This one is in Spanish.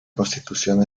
constitución